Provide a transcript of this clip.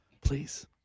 Please